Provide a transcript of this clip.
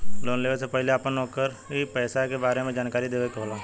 Loan लेवे से पहिले अपना नौकरी पेसा के बारे मे जानकारी देवे के होला?